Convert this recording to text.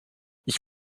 ich